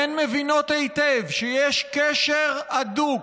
הן מבינות היטב שיש קשר הדוק